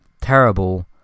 terrible